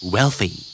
Wealthy